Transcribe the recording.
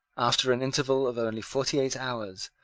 after an interval of only forty-eight hours,